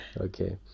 Okay